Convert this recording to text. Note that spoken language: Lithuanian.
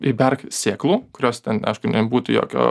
įberk sėklų kurios ten aišku nebūtų jokio